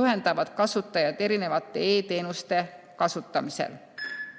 juhendavad kasutajaid erinevate e-teenuste kasutamisel. Kolm